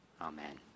Amen